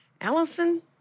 Allison